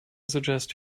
suggest